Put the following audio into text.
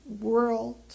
world